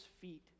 feet